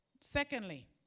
Secondly